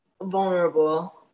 vulnerable